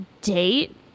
date